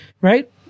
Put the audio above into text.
right